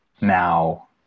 now